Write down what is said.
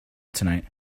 tonight